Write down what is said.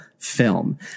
Film